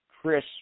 Chris